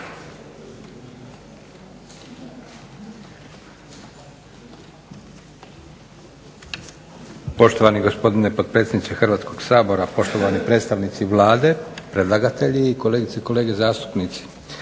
Poštovani gospodine potpredsjedniče Hrvatskog sabora, poštovani predstavnici Vlade, predlagatelji i kolegice i kolege zastupnici.